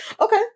Okay